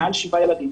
מעל שבעה ילדים,